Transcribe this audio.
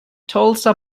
tulsa